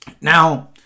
Now